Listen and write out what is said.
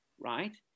right